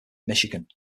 michigan